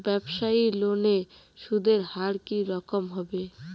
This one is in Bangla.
ব্যবসায়ী লোনে সুদের হার কি রকম হবে?